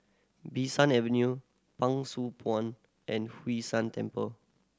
Bee San Avenue Pang Sua Pond and Hwee San Temple